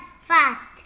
fast